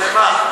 למה?